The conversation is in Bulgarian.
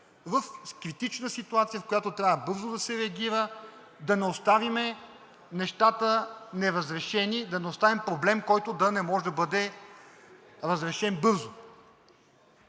В критична ситуация, в която трябва бързо да се реагира, да не оставим нещата неразрешени, да не оставим проблем, който да не може да бъде разрешен бързо.